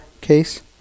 Case